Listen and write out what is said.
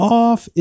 off